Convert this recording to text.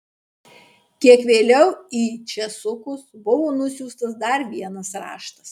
kiek vėliau į česukus buvo nusiųstas dar vienas raštas